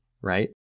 right